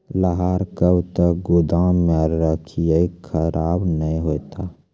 लहार कब तक गुदाम मे रखिए खराब नहीं होता?